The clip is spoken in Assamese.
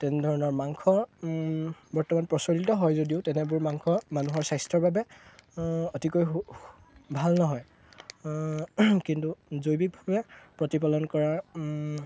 তেনেধৰণৰ মাংস বৰ্তমান প্ৰচলিত হয় যদিও তেনেবোৰ মাংস মানুহৰ স্বাস্থ্যৰ বাবে অতিকৈ ভাল নহয় কিন্তু জৈৱিকভাৱে প্ৰতিপালন কৰাৰ